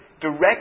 direct